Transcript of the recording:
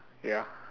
ya